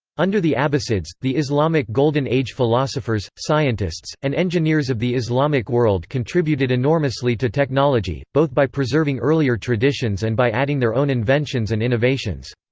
under the abbasids, the islamic golden age philosophers, scientists, and engineers of the islamic world contributed enormously to technology, both by preserving earlier traditions and by adding their own inventions and innovations.